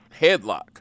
headlock